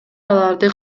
аларды